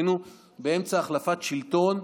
היינו באמצע החלפת שלטון,